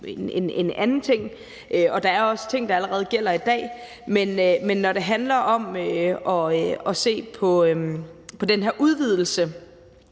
en anden ting, og der er også ting, der allerede gælder i dag; men når det handler om at se på den her udvidelse